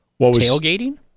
Tailgating